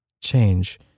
Change